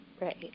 Right